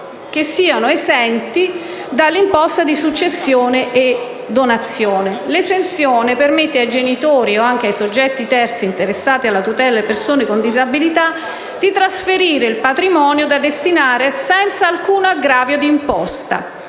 che siano esenti dall'imposta di successione e donazione; l'esenzione permette ai genitori, o anche ai soggetti terzi interessati alla tutela delle persone con disabilità, di trasferire il patrimonio da destinare senza alcun aggravio di imposta.